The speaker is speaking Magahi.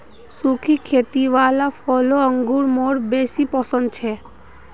सुखी खेती वाला फलों अंगूर मौक बेसी पसन्द छे